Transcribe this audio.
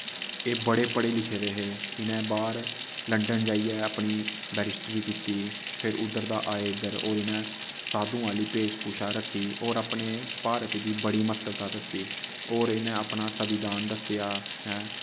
एह् बड़े पढ़े लिखे दे हे इनै बाह्र लंडन जाइयै अपनी बैरिस्ट्री कित्ती फिर उद्धर दा आये इद्धर और इनैं साधु आह्ली भेश भूशा रक्खी और अपने भारत दी बड़ी महत्वता दस्सी और इनै अपना सविदान दस्सेया हैं